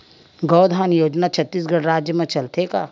गौधन योजना छत्तीसगढ़ राज्य मा चलथे का?